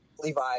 Levi